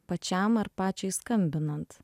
pačiam ar pačiai skambinant